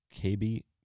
KB